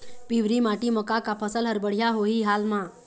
पिवरी माटी म का का फसल हर बढ़िया होही हाल मा?